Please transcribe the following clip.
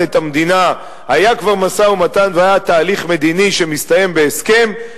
את המדינה היה כבר משא-ומתן והיה תהליך מדיני שמסתיים בהסכם,